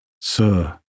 Sir